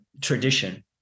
tradition